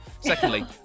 Secondly